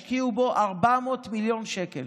השקיעו בו 400 מיליון שקל,